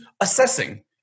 assessing